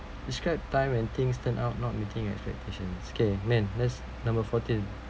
describe a time when things turn out not meeting expectations okay min that's number fourteen